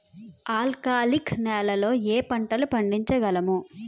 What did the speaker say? ఆల్కాలిక్ నెలలో ఏ పంటలు పండించగలము?